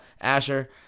Asher